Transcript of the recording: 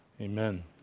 Amen